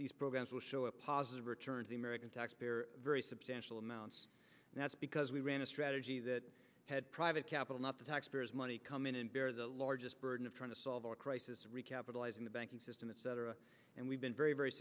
these programs will show a positive return to the american taxpayer very substantial amounts that's because we ran a strategy that had private capital not the taxpayers money come in and bear the largest burden of trying to solve a crisis recapitalizing the banking system etc and we've been very very